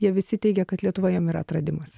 jie visi teigė kad lietuva jiem yra atradimas